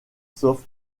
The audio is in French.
sauf